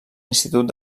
institut